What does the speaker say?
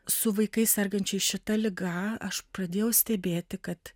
su vaikais sergančiais šita liga aš pradėjau stebėti kad